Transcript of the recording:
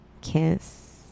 kiss